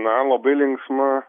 na labai linksma